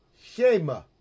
shema